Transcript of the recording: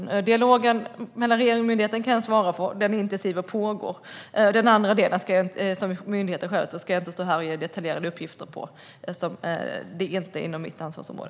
Vad gäller dialogen mellan regeringen och myndigheten kan jag meddela att den pågår och att den är intensiv. Den del som myndigheten sköter ska jag inte stå här och ge detaljerade uppgifter om, eftersom den inte är inom mitt ansvarsområde.